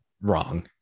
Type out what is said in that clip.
wrong